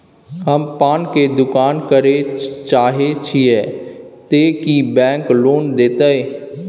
हम पान के दुकान करे चाहे छिये ते की बैंक लोन देतै?